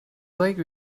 like